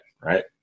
right